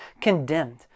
condemned